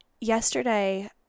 Yesterday